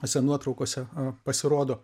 tose nuotraukose pasirodo